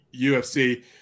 UFC